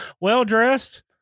well-dressed